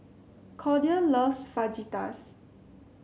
Cordia loves Fajitas